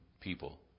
people